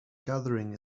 gathering